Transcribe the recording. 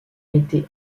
été